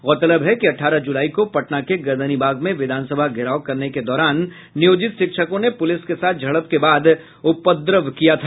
गौरतलब है कि अठारह जुलाई को पटना के गर्दनीबाग में विधानसभा घेराव करने के दौरान नियोजित शिक्षकों ने पूलिस के साथ झड़प के बाद उपद्रव किया था